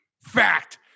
Fact